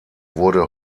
wurde